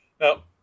Now